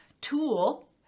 tool